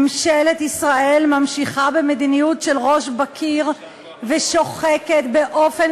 ממשלת ישראל ממשיכה במדיניות של ראש בקיר ושוחקת באופן